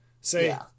say